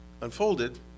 unfolded